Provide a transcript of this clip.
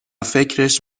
فکرش